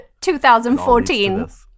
2014